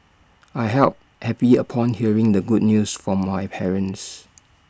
I help happy upon hearing the good news from my parents